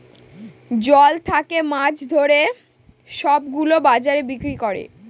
জল থাকে মাছ ধরে সব গুলো বাজারে বিক্রি করে